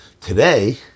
Today